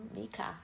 Mika